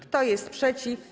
Kto jest przeciw?